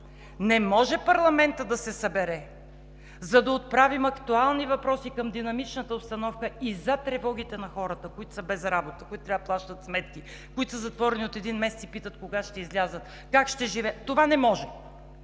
не може парламентът да се събере, за да отправим актуални въпроси към динамичната обстановка и за тревогите на хората, които са без работа, които трябва да плащат сметки, които са затворени от един месец и питат кога ще излязат, как ще живеят – това не може